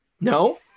no